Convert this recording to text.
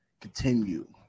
continue